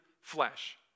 flesh